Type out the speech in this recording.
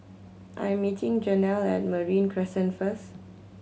I am meeting Jenelle at Marine Crescent first